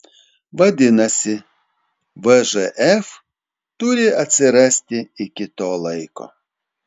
vadinasi vžf turi atsirasti iki to laiko